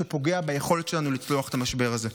שפוגע ביכולת שלנו לצלוח את המשבר הזה.